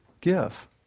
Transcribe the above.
give